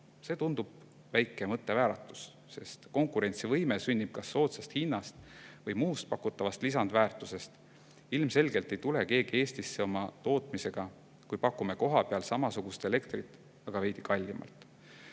See tundub väike mõttevääratus, sest konkurentsivõime sünnib kas soodsast hinnast või muust pakutavast lisandväärtusest. Ilmselgelt ei tule keegi Eestisse oma tootmisega, kui pakume kohapeal samasugust elektrit, aga veidi kallimalt.